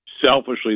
Selfishly